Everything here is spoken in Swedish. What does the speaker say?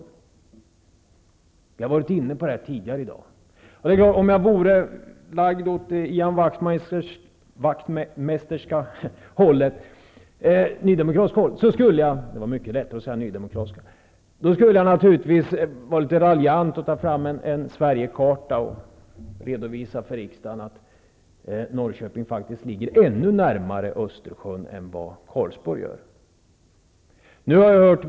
Jag har varit inne på det här tidigare i dag, och om jag vore lagd åt det Wachtmeisterska hållet, det nydemokratiska hållet, skulle jag litet raljant ta fram en Sverigekarta och redovisa för riksdagen att Norrköping faktiskt ligger ännu närmare Östersjön än Karlsborg.